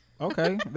Okay